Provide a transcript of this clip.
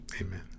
Amen